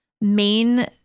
main